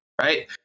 right